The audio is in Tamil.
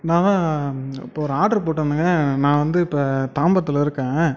நான் இப்போ ஒரு ஆர்டர் போட்டிருந்தேங்க நான் வந்து இப்போ தாம்பரத்தில் இருக்கேன்